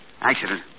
Accident